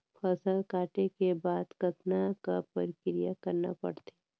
फसल काटे के बाद कतना क प्रक्रिया करना पड़थे?